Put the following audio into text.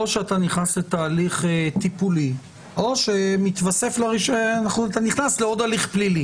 או שאתה נכנס לתהליך טיפולי או שאתה נכנס לעוד הליך פלילי